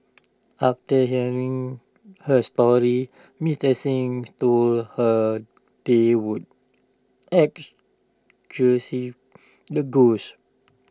after hearing her story Mister Xing told her they would exorcise the ghosts